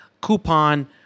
coupon